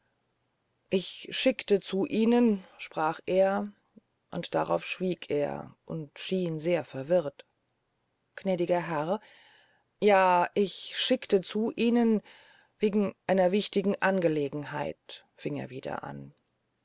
ich schickte zu ihnen sprach er und darauf schwieg er und schien sehr verwirrt gnädiger herr ja ich schickte zu ihnen wegen einer wichtigen angelegenheit fing er wieder an